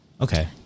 Okay